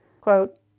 Quote